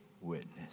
witness